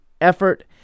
effort